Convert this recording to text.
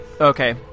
okay